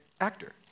actor